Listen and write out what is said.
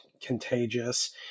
contagious